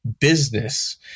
business